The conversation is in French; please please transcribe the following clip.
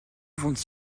vont